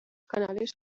canales